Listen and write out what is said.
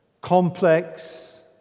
complex